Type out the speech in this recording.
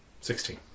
Sixteen